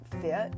Fit